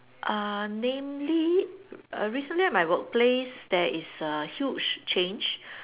uh namely uh recently at my work place there is a huge change